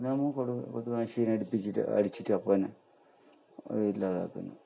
പിന്നെ കൊതു കൊതുക് നാശിനി അടിപ്പിച്ചിട്ട് അടിച്ചിട്ട് അപ്പം തന്നെ അത് ഇല്ലാതാക്കുന്നു